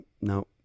No